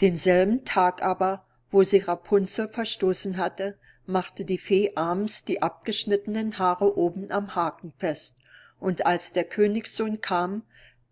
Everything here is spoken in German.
denselben tag aber wo sie rapunzel verstoßen hatte machte die fee abends die abgeschnittenen haare oben am haken fest und als der königssohn kam